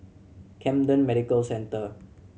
Camden Medical Centre